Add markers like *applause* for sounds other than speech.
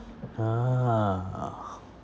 !huh! *breath*